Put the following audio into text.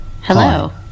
Hello